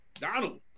Donald